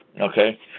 okay